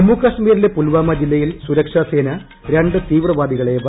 ജമ്മുകാശ്മീരിലെ പൂൽവാമ ജില്ലയിൽ സുരക്ഷാ സേന രണ്ട് തീവ്രവാദികളെ വധിച്ചു